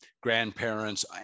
grandparents